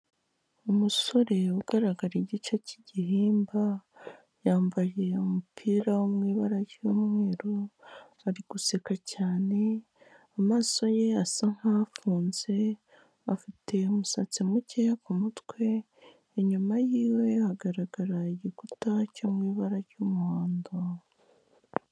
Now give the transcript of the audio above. Umusore ugaragara igice cy'igihimba yambariye umupira mu ibara ryu'mweru, ari guseka cyane amaso ye asa nkafunze afite umusatsi muke kumutwe inyuma yiwe hagaragara igikuta cyo mu ibara ry'muhondo.